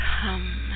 come